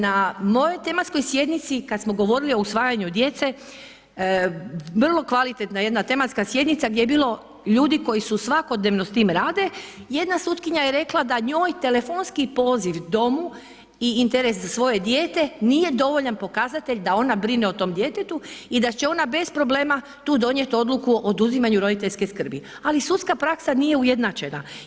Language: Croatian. Na mojoj tematskoj sjednici kad smo govorili o usvajanju djece, vrlo kvalitetna jedna tematska sjednica gdje je bilo ljudi koji svakodnevno s tim rade, jedna sutkinja je rekla da njoj telefonski poziv domu i interes za svoje dijete, nije dovoljan pokazatelj da ona brine o tom djetetu i da će ona bez problema tu donijeti odluku o oduzimanju roditeljske skrbi ali sudska praksa nije ujednačena.